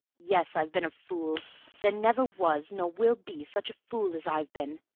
yes, i've been a fool there never was nor will be such a fool as i've been.